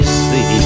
see